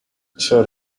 ciò